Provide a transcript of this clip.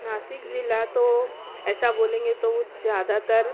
ناسک ضلع تو ایسا بولیں گے تو وہ زیادہ تر